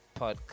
Podcast